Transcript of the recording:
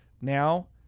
now